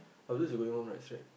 after this you going home right straight